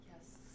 Yes